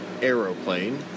aeroplane